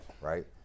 right